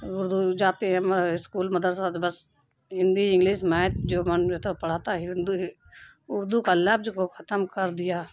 اردو جاتے ہیں اسکول مدرسہ تو بس ہندی انگلس میتھ جو مان تو پڑھاتا ہے ہندو اردو کا لفظ کو ختم کر دیا